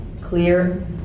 clear